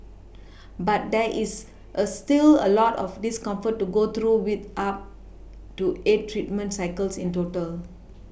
but there is a still a lot of discomfort to go through with up to eight treatment cycles in total